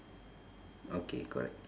okay correct